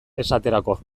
esaterako